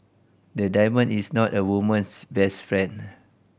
a diamond is not a woman's best friend